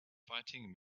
fighting